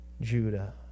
Judah